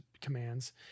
commands